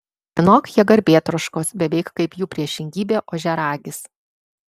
vienok jie garbėtroškos beveik kaip jų priešingybė ožiaragis